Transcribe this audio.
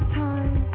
time